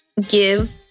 give